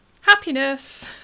Happiness